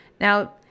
Now